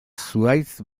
zuhaitz